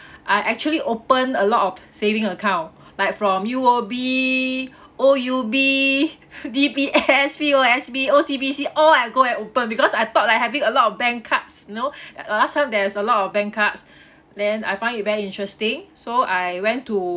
I actually open a lot of saving account like from U_O_B O_U_B D_B_S P_O_S_B O_C_B_C all I go and open because I thought like having a lot of bank cards you know last time there is a lot of bank cards then I find it very interesting so I went to